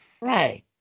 Right